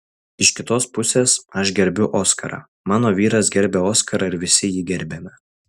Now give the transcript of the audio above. iš kitos pusės aš gerbiu oskarą mano vyras gerbia oskarą ir visi jį gerbiame